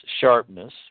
sharpness